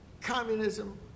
Communism